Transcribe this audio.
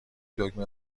دکمه